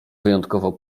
wyjątkowo